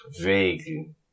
Vaguely